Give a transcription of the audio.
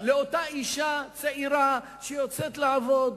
ואותה אשה צעירה שיוצאת לעבוד,